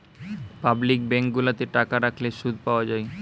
public bank গুলাতে টাকা রাখলে শুধ পাওয়া যায়